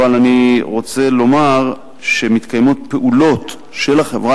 אבל אני רוצה לומר שמתקיימות פעולות של החברה